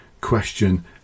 question